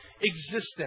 existence